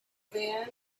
then